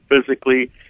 physically